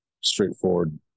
straightforward